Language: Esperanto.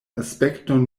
aspekton